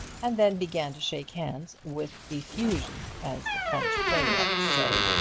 and then began to shake hands with effusion, as the french playwrights say.